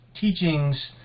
teachings